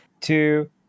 two